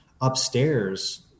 upstairs